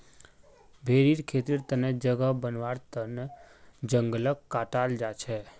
भेरीर खेतीर तने जगह बनव्वार तन जंगलक काटाल जा छेक